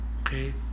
okay